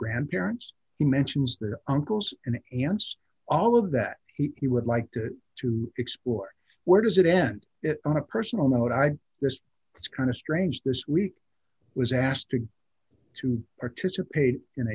grandparents he mentions their uncles and aunts all of that he would like to explore where does it end on a personal note i this is kind of strange this we was asked to to participate in